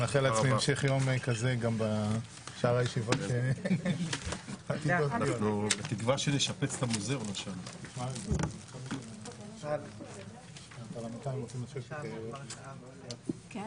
הישיבה ננעלה בשעה 10:12.